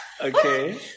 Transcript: okay